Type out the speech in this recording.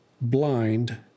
blind